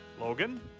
Logan